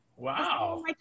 Wow